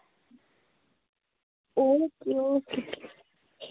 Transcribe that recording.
okay okay